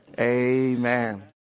Amen